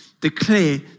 declare